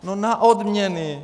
No na odměny.